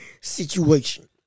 situation